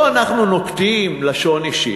לא אנחנו נוקטים לשון אישית,